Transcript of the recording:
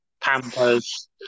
Pampers